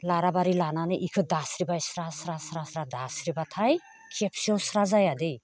लाराबारि लानानै बेखौ दास्रिबाय स्रा स्रा स्रा दास्रिबाथाय खेबसेयाव स्रा जायादै